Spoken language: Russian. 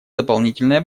дополнительное